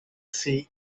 sea